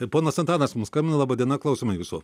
ir ponas antanas mum skambina laba diena klausom jūsų